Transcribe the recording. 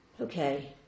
okay